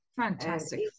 Fantastic